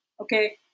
Okay